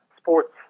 sports